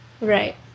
Right